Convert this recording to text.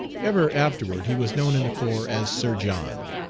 ever afterward he was known in the corps as sir john.